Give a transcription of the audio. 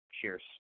Cheers